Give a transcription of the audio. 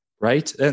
Right